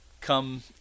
come